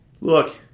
Look